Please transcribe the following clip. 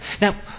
Now